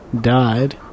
died